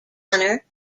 gunner